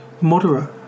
moderate